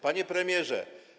Panie Premierze!